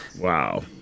Wow